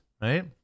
right